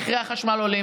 מחירי החשמל עולים,